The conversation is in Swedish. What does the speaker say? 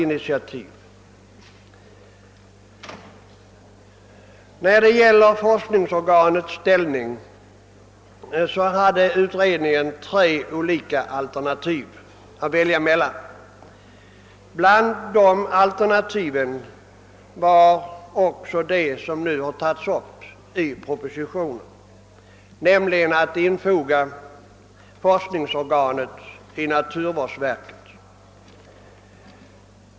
När det gäller forskningsorganets ställning hade naturresursutredningen tre alternativ att välja mellan. Bland dessa alternativ fanns det som nu tagits upp i propositionen, nämligen att forskningsorganet skall infogas i naturvårdsverket.